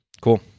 cool